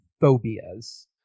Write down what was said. phobias